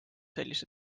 sellise